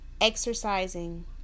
Exercising